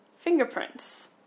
fingerprints